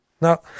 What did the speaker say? now